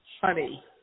honey